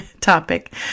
topic